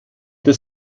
des